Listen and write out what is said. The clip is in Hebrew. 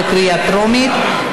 בקריאה הטרומית.